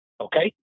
Okay